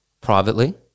privately